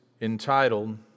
entitled